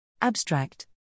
Abstract